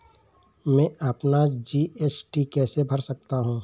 मैं अपना जी.एस.टी कैसे भर सकता हूँ?